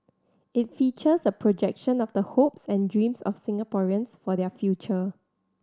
it features a projection of the hopes and dreams of Singaporeans for their future